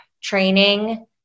training